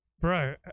bro